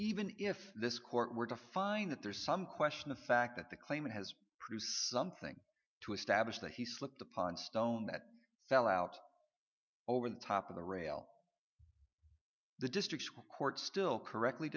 even if this court were to find that there is some question the fact that the claimant has something to establish that he slipped upon stone that fell out over the top of the rail the district court still correctly